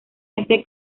este